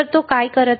तर तो काय करत आहे